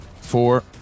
four